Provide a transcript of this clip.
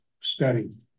study